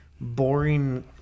boring